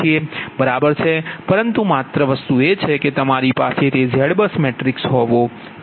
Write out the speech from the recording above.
બરાબર છે પરંતુ માત્ર વસ્તુ એ છે કે તમારી પાસે તે ZBUS મેટ્રિક્સ હોવો જોઇએ